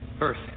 Earth